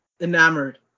enamored